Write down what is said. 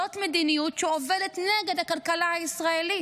זאת מדיניות שעובדת נגד הכלכלה הישראלית.